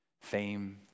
fame